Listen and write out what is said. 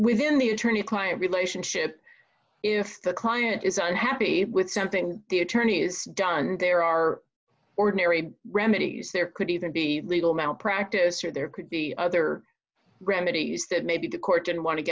within the attorney client relationship if the client is unhappy with something the attorney's done there are ordinary remedies there could either be legal malpractise or there could be other remedies that maybe the court didn't want to